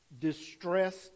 distressed